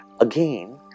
Again